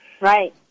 Right